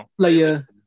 player